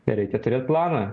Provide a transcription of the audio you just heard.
tai reikia turėt planą